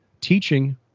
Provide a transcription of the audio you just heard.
teaching